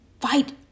fight